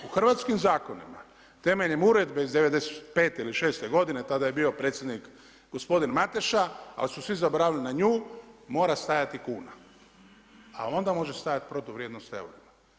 U hrvatskim zakonima, temeljem Uredbe iz 95' ili 96' godine, tada je bio predsjednik gospodin Mateša, ali su svi zaboravili na nju, mora stajati kuna, a onda može stajati protuvrijednost eura.